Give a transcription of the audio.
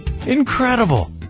Incredible